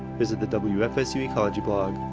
visit the wfsu ecology blog.